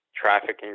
trafficking